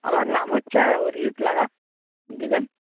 আমার নাম হচ্ছে অরিজিৎ লাহা দেবেন